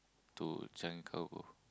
to Changi cargo